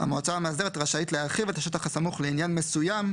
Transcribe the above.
המועצה המאסדרת רשאית להרחיב את השטח הסמוך לעניין מסוים,